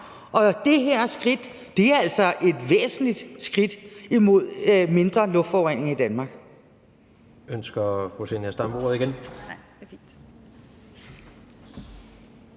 og det her skridt er altså et væsentligt skridt hen imod mindre luftforurening i Danmark.